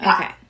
Okay